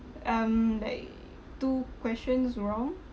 um like two questions wrong